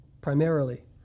primarily